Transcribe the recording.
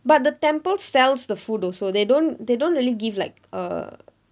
but the temple sells the food also they don't they don't really give like a